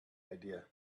idea